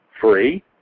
free